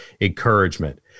encouragement